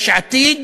יש עתיד,